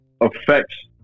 Affects